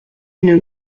une